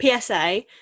PSA